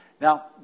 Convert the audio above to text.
Now